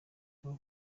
aba